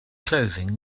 clothing